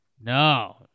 No